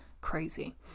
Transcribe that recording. crazy